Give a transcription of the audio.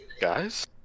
Guys